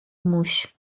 موش